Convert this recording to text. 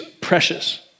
Precious